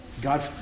God